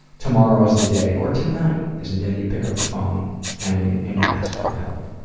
tomorrow is the day, or tonight is the day you pick up the phone and you and you ask for help.